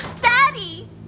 Daddy